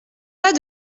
pas